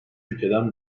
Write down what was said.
ülkeden